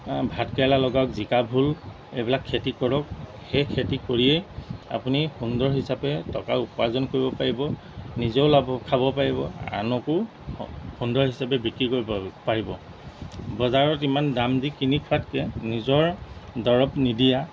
ভাতকেৰেলা লগাওক জিকা ভুল এইবিলাক খেতি কৰক সেই খেতি কৰিয়েই আপুনি সুন্দৰ হিচাপে টকা উপাৰ্জন কৰিব পাৰিব নিজেও লাভ খাব পাৰিব আনকো সুন্দৰ হিচাপে বিক্ৰী কৰিব পাৰিব বজাৰত ইমান দাম দি কিনি খোৱাতকৈ নিজৰ দৰৱ নিদিয়া